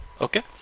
Okay